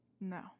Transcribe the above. no